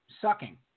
sucking